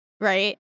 right